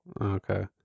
Okay